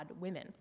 women